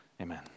Amen